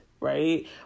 right